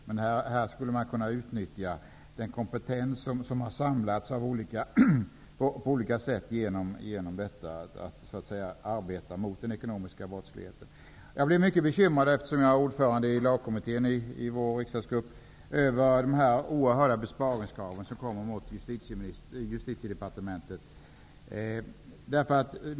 Här skulle man kunna utnyttja en kompetens för att arbeta mot den ekonomiska brottsligheten. Jag blev mycket bekymrad, eftersom jag är ordförande i lagkommittén i vår riksdagsgrupp, över de oerhörda besparingskraven som riktas mot Justitiedepartementet.